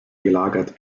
gelagert